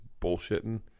bullshitting